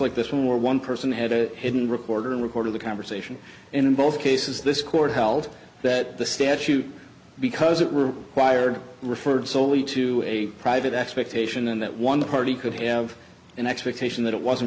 like this one where one person had a hidden recorder and recorded the conversation and in both cases this court held that the statute because it were wired referred solely to a private expectation and that one party could have an expectation that it wasn't